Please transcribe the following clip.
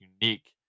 unique